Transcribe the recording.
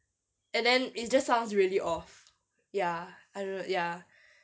and then it just sounds really off ya I don't know ya